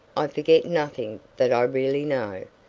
i forget nothing that i really know.